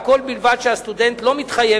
והכול בלבד שהסטודנט לא מתחייב